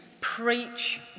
preach